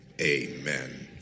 Amen